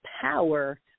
power